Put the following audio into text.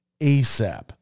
ASAP